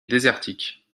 désertiques